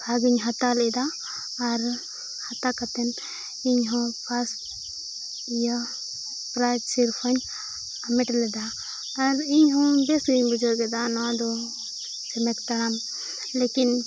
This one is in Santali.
ᱵᱷᱟᱜᱽᱤᱧ ᱦᱟᱛᱟᱣ ᱞᱮᱫᱟ ᱟᱨ ᱦᱟᱛᱟᱣ ᱠᱟᱛᱮᱫ ᱤᱧᱦᱚᱸ ᱤᱭᱟᱹ ᱥᱤᱨᱯᱟᱹᱧ ᱦᱮᱢᱮᱴ ᱞᱮᱫᱟ ᱟᱨ ᱤᱧᱦᱚᱸ ᱵᱮᱥ ᱜᱮᱧ ᱵᱩᱡᱷᱟᱹᱣ ᱠᱮᱫᱟ ᱱᱚᱣᱟ ᱫᱚ ᱪᱷᱮᱢᱮᱠ ᱛᱟᱲᱟᱢ ᱞᱮᱠᱤᱱ